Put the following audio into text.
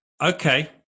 Okay